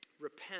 repent